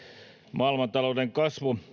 maailmantalouden kasvu